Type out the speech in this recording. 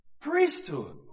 priesthood